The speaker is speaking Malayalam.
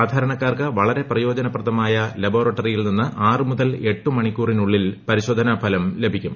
സാധാരണക്ക്ടൂർക്ക് വളരെ പ്രയോജനപ്രദമായ ലബോറട്ടറിയിൽ നിന്ന് ആറ് മുതൽ എട്ട് മണിക്കൂറിനുള്ളിൽ പരിശോധനാ ഫലം ലഭിക്കും